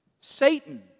Satan